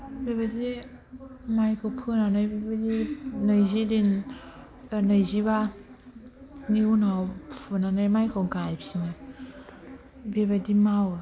बेबायदिनो मायखो फोनानै बेबादि नैजि दिन नैजिबानि उनाव फुनानै मायखौ गायफिनो बेबायदि मावो